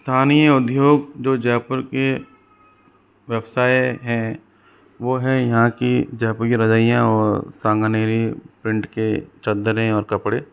स्थानीय उद्योग जो जयपुर के व्यवसाय हैं वो है यहाँ की जयपुर की रजाइयाँ और सांगनेरी प्रिंट के चद्दरें और कपड़े